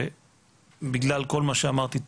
בגלל כל מה שאמרתי,